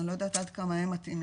אני לא יודעת עד כמה הם מתאימים,